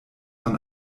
man